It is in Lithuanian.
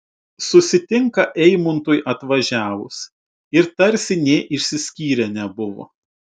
susitinka eimuntui atvažiavus ir tarsi nė išsiskyrę nebuvo